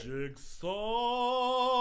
Jigsaw